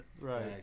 Right